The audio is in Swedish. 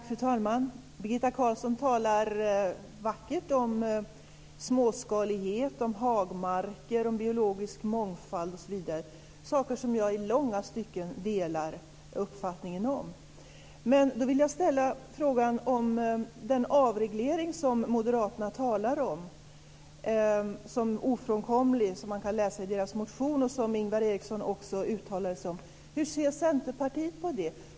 Fru talman! Birgitta Carlsson talar vackert om småskalighet, om hagmarker, om biologisk mångfald osv., där jag i långa stycken delar hennes uppfattningar. Men jag vill ställa en fråga om den avreglering som moderaterna talar om som ofrånkomlig och som man kan läsa om i deras motioner. Också Ingvar Eriksson uttalade sig om den. Hur ser Centerpartiet på den?